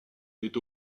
est